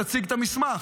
תציג את המסמך.